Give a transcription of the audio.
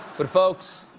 but folks,